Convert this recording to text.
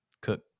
cook